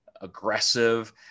aggressive